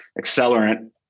accelerant